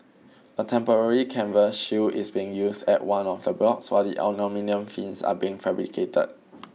a temporary canvas shield is being used at one of the blocks while the aluminium fins are being fabricated